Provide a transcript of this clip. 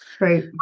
Right